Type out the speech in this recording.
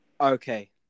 Okay